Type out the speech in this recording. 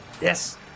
Yes